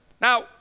Now